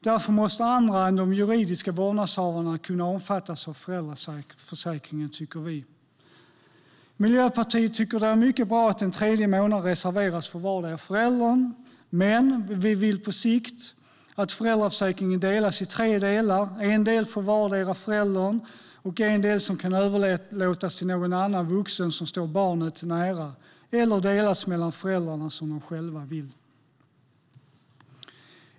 Kanske måste andra än de juridiska vårdnadshavarna kunna omfattas av föräldraförsäkringen, tycker vi. Miljöpartiet tycker att det är mycket bra att en tredje månad reserveras för vardera föräldern, men vi vill på sikt att föräldraförsäkringen delas i tre delar, en del för vardera föräldern, en del som kan överlåtas till någon annan vuxen som står barnet nära och en del som kan delas mellan föräldrarna som de själva vill.